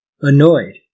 Annoyed